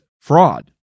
fraud